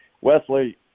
Wesley